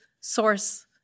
source